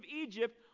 Egypt